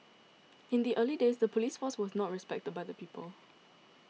in the early days the police force was not respected by the people